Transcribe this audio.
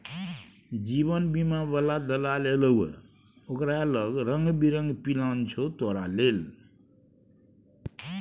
जीवन बीमा बला दलाल एलौ ये ओकरा लंग रंग बिरंग पिलान छौ तोरा लेल